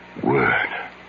word